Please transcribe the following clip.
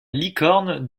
licorne